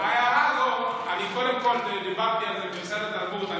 אני קודם כול דיברתי על משרד התרבות.